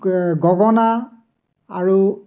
গগনা আৰু